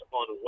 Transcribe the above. on